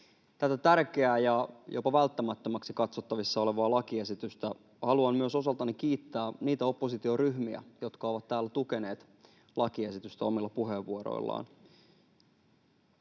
tätä tärkeää ja jopa välttämättömäksi katsottavissa olevaa lakiesitystä. Haluan myös osaltani kiittää niitä oppositioryhmiä, jotka ovat täällä tukeneet lakiesitystä omilla puheenvuoroillaan.